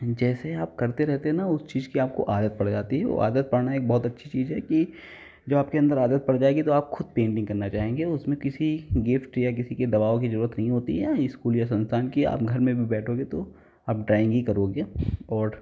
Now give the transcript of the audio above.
जैसे आप करते रहते हैं ना उस चीज़ की आपको आदत पड़ जाती है और आदत पड़ना एक बहुत अच्छी चीज़ है कि जब आपके अंदर आदत पड़ जाएगी तो आप खुद पेंटिंग करना चाहेंगे उसमें किसी गिफ्ट या किसी के दबाव की ज़रुरत नहीं होती है इस्कूल या संस्थान की आप घर में भी बैठोगे तो आप ड्राइंग ही करोगे और